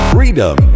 Freedom